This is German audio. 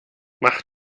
mach